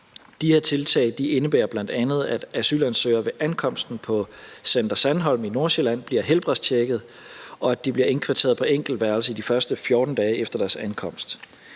De her tiltag indebærer bl.a., at asylansøgere ved ankomsten til Center Sandholm i Nordsjælland bliver helbredstjekket, og at de bliver indkvarteret på enkeltværelser i de første 14 dage efter deres ankomst.